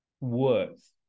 words